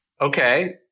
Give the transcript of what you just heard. okay